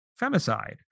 femicide